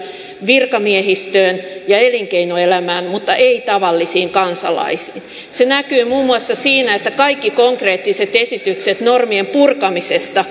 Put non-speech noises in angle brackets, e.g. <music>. virkamiehistöön ja elinkeinoelämään mutta ei tavallisiin kansalaisiin se näkyy muun muassa siinä että kaikki konkreettiset esitykset normien purkamisesta <unintelligible>